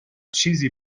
چیزی